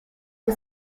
the